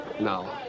Now